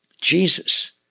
Jesus